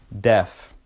deaf